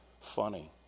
funny